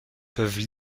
peuvent